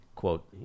quote